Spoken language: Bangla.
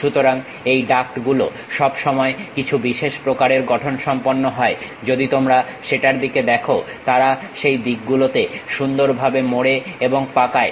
সুতরাং এই ডাক্ট গুলো সব সময় কিছু বিশেষ প্রকারের গঠন সম্পন্ন হয় যদি তোমরা সেটার দিকে দেখো তারা সেই দিকগুলোতে সুন্দরভাবে মোড়ে এবং পাকায়